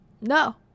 No